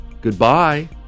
Goodbye